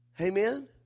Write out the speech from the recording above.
Amen